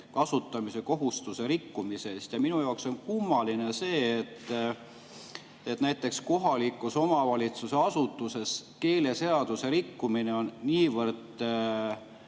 kasutamise kohustuse rikkumise eest. Minu jaoks on kummaline see, et näiteks kohaliku omavalitsuse asutuses keeleseaduse rikkumine on niivõrd